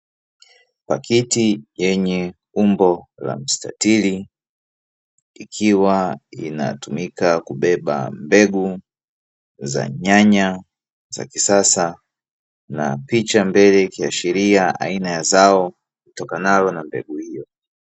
Pakiti yenye umbo la mstatili ikiwa inatumika kubeba mbegu za nyanya za kisasa, na picha mbili ikiashiria aina ya zao litokanalo na mbegu hiyo.